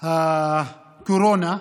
ההסבר היה משבר הקורונה.